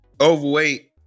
overweight